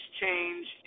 change